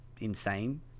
insane